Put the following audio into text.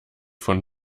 von